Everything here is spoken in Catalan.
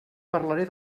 parlaré